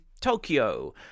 Tokyo